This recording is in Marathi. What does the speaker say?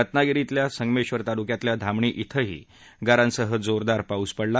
रत्नागिरी संगमेश्वर तालुक्यातल्या धामणी क्विंही गारांसह जोरदार पाऊस पडला